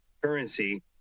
currency